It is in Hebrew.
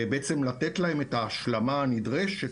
בעצם לתת להם את ההשלמה הנדרשת,